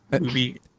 movie